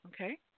Okay